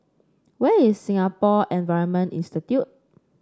where is Singapore Environment Institute